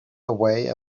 away